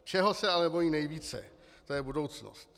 Čeho se ale bojí nejvíce, to je budoucnost.